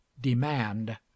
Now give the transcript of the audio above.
demand